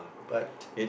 but